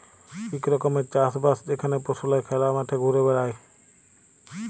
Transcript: ইক রকমের চাষ বাস যেখালে পশুরা খলা মাঠে ঘুরে বেড়ায়